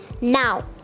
now